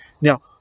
Now